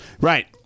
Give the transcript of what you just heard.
Right